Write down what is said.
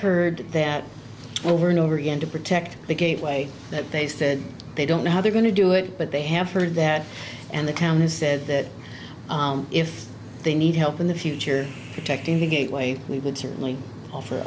heard that over and over again to protect the gateway that they said they don't know how they're going to do it but they have heard that and the town has said that if they need help in the future protecting the gateway we would certainly offer